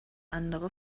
andere